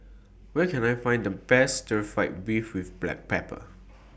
Where Can I Find The Best Stir Fry Beef with Black Pepper